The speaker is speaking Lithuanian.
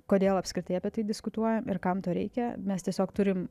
kodėl apskritai apie tai diskutuojam ir kam to reikia mes tiesiog turim